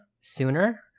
sooner